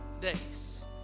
days